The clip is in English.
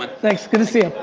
ah thanks, good to see you,